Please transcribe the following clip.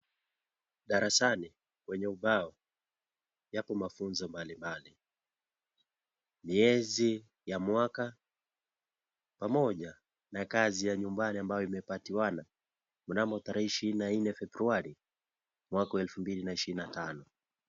Darasani kwenye ubao yapo mafunzo mbalimbali, miezi ya mwaka, Pomoja na kazi ya nyumbani abayo imepatiwna mnamo 24 Februari mwaka wa 2025